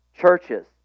churches